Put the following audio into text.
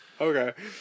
Okay